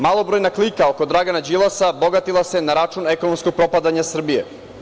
Malobrojna klika oko Dragana Đilasa bogatila se na račun ekonomskog propadanja Srbije.